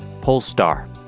Polestar